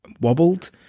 wobbled